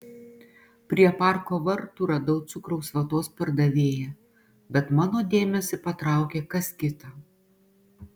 prie parko vartų radau cukraus vatos pardavėją bet mano dėmesį patraukė kas kita